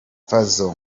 fazzo